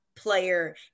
player